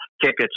tickets